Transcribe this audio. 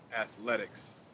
athletics